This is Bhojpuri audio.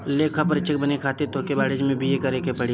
लेखापरीक्षक बने खातिर तोहके वाणिज्यि में बी.ए करेके पड़ी